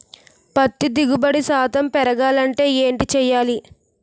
పత్తి దిగుబడి శాతం పెరగాలంటే ఏంటి చేయాలి?